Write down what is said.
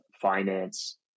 finance